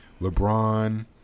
LeBron